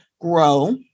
grow